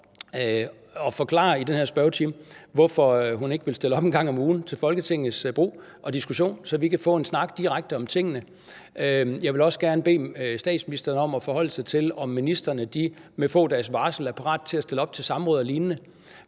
om i den her spørgetime at forklare, hvorfor hun ikke vil stille op en gang om ugen til Folketingets brug og diskussion, så vi kan få en direkte snak om tingene. Jeg vil også gerne bede statsministeren om at forholde sig til, om ministrene med få dages varsel er parate til at stille op til samråd og lignende.